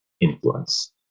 influence